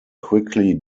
quickly